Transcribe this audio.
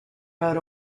rode